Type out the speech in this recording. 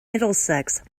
middlesex